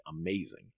amazing